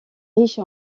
riche